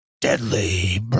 deadly